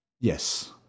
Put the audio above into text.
yes